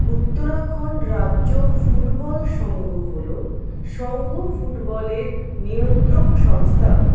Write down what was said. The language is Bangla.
উত্তরাখণ্ড রাজ্য ফুটবল সংঘ হল সংঘ ফুটবলের নিয়ন্ত্রক সংস্থা